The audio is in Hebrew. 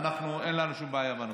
אין לנו שום בעיה בנושא.